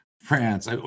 France